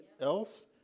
else